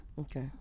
Okay